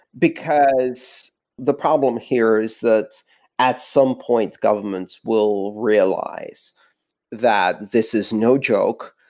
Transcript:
because the problem here is that at some point, governments will realize that this is no joke,